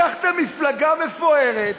לקחתם מפלגה מפוארת,